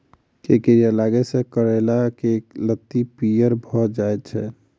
केँ कीड़ा लागै सऽ करैला केँ लत्ती पीयर भऽ जाय छै?